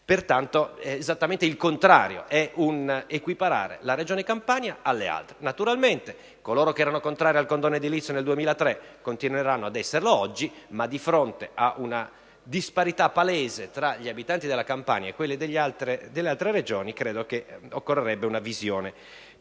Pertanto, è esattamente il contrario: è un equiparare la Regione Campania alle altre. Naturalmente, coloro che erano contrari al condono edilizio nel 2003 continueranno ad esserlo oggi, ma di fronte a una disparità palese tra gli abitanti della Campania e quelli delle altre Regioni credo che occorrerebbe una visione